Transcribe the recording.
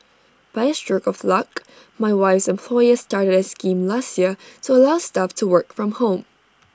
by A stroke of luck my wife's employer started A scheme last year to allow staff to work from home